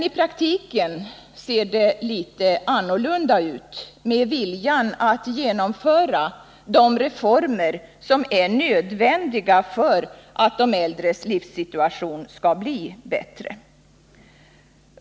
I praktiken ser det däremot litet annorlunda ut när det gäller viljan att genomföra de reformer som är nödvändiga för att göra de äldres livssituation bättre.